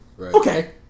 okay